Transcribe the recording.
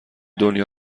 دنیا